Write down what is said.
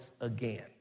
again